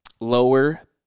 Lower